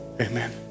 Amen